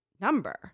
number